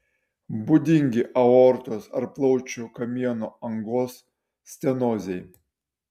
būdingi aortos ar plaučių kamieno angos stenozei